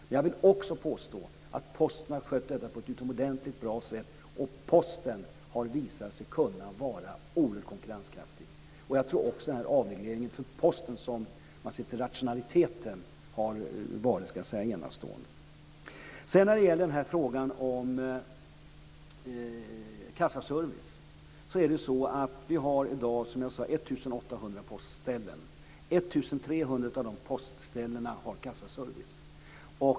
Men jag vill också påstå att Posten har skött detta på ett utomordentligt bra sätt, och Posten har visat sig kunna vara oerhört konkurrenskraftig. Jag tror också att om man ser till rationaliteten har denna avreglering varit enastående för Posten. När det gäller frågan om kassaservice har vi i dag 1 800 postställen. 1 300 av dessa postställen har kassaservice.